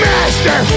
Master